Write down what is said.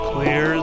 Clear